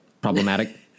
problematic